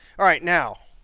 all right, now,